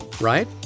right